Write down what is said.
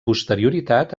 posterioritat